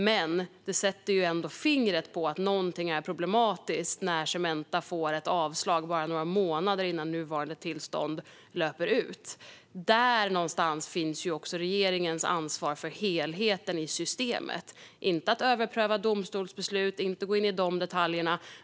Men det sätter ändå ljuset på att någonting är problematiskt när Cementa får ett avslag bara några månader innan nuvarande tillstånd löper ut. Där någonstans finns också regeringens ansvar för helheten i systemet. Det handlar inte om att överpröva domstolsbeslut eller gå in i de detaljerna.